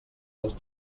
dels